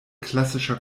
klassischer